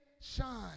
shine